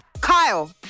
Kyle